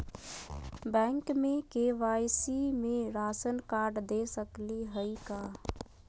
Bank में KYC में ration card दे सकली हई का?